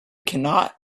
cannot